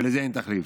ולזה אין תחליף.